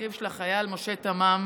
אחיו של החייל משה תמם,